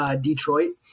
Detroit